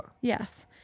Yes